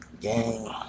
gang